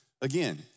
Again